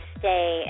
stay